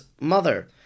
Mother